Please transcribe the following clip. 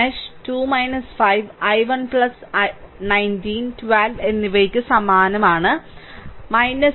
mesh 2 5 I1 19 I2 എന്നിവയ്ക്ക് സമാനമാണ് 2 I3 0